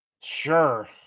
sure